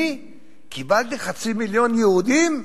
אני קיבלתי חצי מיליון יהודים,